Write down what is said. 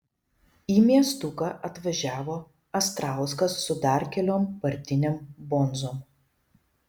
į miestuką atvažiavo astrauskas su dar keliom partinėm bonzom